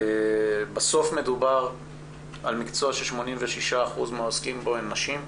בסוף מדובר במקצוע ש-86% מהעוסקים בו הן נשים.